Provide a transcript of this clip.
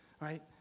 right